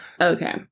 Okay